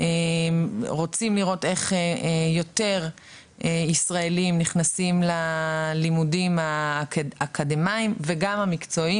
רוצים לראות איך יותר ישראלים נכנסים ללימודים האקדמיים וגם המקצועיים,